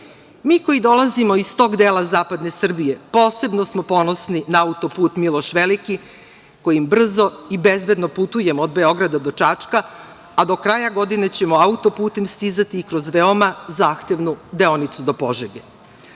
koji dolazimo iz tog dela zapadne Srbije posebno smo ponosni na autoput „Miloš Veliki“ kojim brzo i bezbedno putujemo od Beograda do Čačka, a do kraja godine ćemo autoputem stizati i kroz veoma zahtevnu deonicu do Požege.